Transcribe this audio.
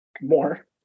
more